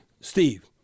Steve